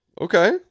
okay